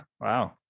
Wow